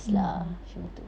mmhmm